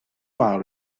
mawr